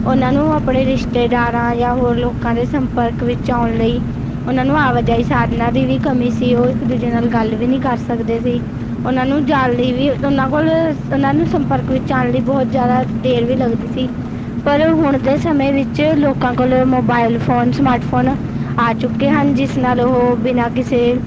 ਉਹਨਾਂ ਨੂੰ ਆਪਣੇ ਰਿਸ਼ਤੇਦਾਰਾਂ ਜਾਂ ਹੋਰ ਲੋਕਾਂ ਦੇ ਸੰਪਰਕ ਵਿੱਚ ਆਉਣ ਲਈ ਓਹਨਾਂ ਨੂੰ ਆਵਾਜਾਈ ਸਾਧਨਾਂ ਦੀ ਵੀ ਕਮੀ ਸੀ ਉਹ ਇੱਕ ਦੂਜੇ ਨਾਲ ਗੱਲ ਵੀ ਨਹੀਂ ਕਰ ਸਕਦੇ ਸੀ ਓਹਨਾਂ ਨੂੰ ਜਾਣ ਲਈ ਵੀ ਉਹਨਾਂ ਕੋਲ ਉਹਨਾਂ ਨੂੰ ਸੰਪਰਕ ਵਿੱਚ ਆਉਣ ਲਈ ਬਹੁਤ ਜ਼ਿਆਦਾ ਦੇਰ ਵੀ ਲਗਦੀ ਸੀ ਪਰ ਹੁਣ ਦੇ ਸਮੇਂ ਵਿੱਚ ਲੋਕਾਂ ਕੋਲ ਮੋਬਾਇਲ ਫੋਨ ਸਮਾਰਟ ਫੋਨ ਆ ਚੁੱਕੇ ਹਨ ਜਿਸ ਨਾਲ ਉਹ ਬਿਨਾਂ ਕਿਸੇ